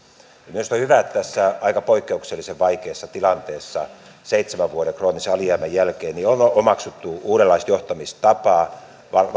minusta on hyvä että tässä aika poikkeuksellisen vaikeassa tilanteessa seitsemän vuoden kroonisen alijäämän jälkeen on omaksuttu uudenlaista johtamistapaa